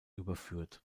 überführt